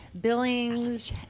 Billings